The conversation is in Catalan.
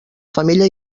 femella